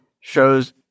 shows